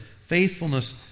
Faithfulness